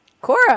Cora